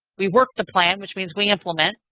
we work the plan which means we implement.